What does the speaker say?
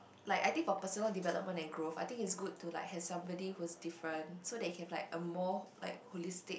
like I think for personal development and growth I think it's good to like have somebody who's different so that you can have like a more like holistic